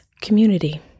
community